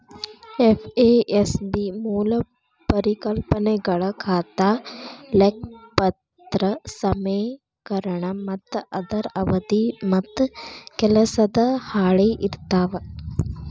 FASB ಮೂಲ ಪರಿಕಲ್ಪನೆಗಳ ಖಾತಾ ಲೆಕ್ಪತ್ರ ಸಮೇಕರಣ ಮತ್ತ ಅದರ ಅವಧಿ ಮತ್ತ ಕೆಲಸದ ಹಾಳಿ ಇರ್ತಾವ